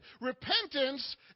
Repentance